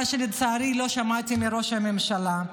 מה שלצערי לא שמעתי מראש הממשלה.